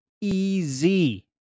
easy